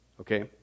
Okay